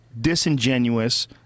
disingenuous